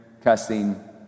cussing